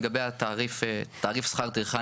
לגבי התעריף שכר הטרחה,